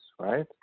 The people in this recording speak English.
right